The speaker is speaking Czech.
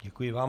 Děkuji vám.